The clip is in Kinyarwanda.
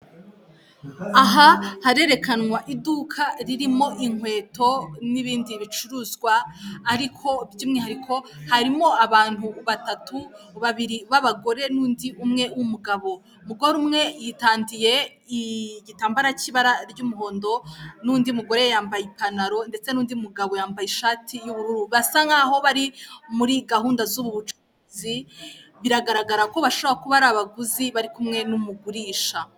Aha harerekanwa iduka ririmo inkweto n'ibindi bicuruzwa ariko by'umwihariko harimo abantu batatu babiri b'abagore n'undi umwe w'umugabo, umugore umwe yitandiye igitambo cy'ibara ry'umuhondo n'undi mugore yambaye ipantalo ndetse n'undi mugabo yambaye ishati y'ubururu, basa nkaho bari muri gahunda z'ubu bucuzi biragaragara ko bashobora kuba ari abaguzi bari kumwe n'umugurisha.